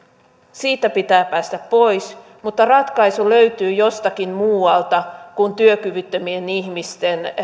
siitä pitää päästä pois mutta ratkaisu löytyy jostakin muualta kuin työkyvyttömien ihmisten